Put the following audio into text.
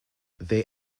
they